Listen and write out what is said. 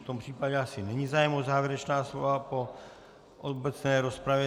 V tom případě asi není zájem o závěrečná slova po obecné rozpravě.